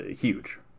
huge